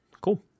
Cool